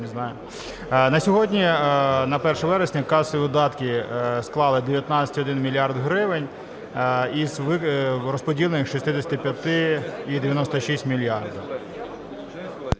На сьогодні на 1 вересня касові видатки склали 19,1 мільярд гривень із розподілених 65,96 мільярдів.